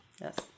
yes